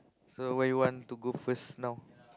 so where you want to go first now